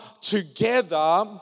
together